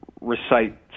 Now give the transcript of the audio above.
recite